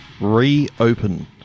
Reopen